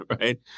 right